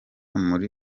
muri